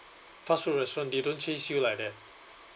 fast food restaurant they don't chase you like that